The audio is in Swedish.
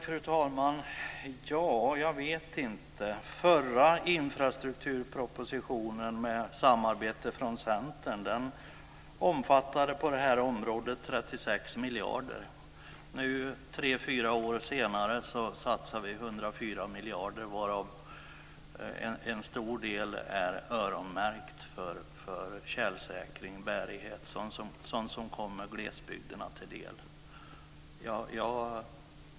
Fru talman! Jag vet inte. Förra infrastrukturpropositionen, som kom till i samarbete med Centern, omfattade 36 miljarder. Nu, tre fyra år senare, satsar vi 104 miljarder, varav en stor del av pengarna är öronmärkta för tjälsäkring och bärighet - sådant som kommer glesbygden till del.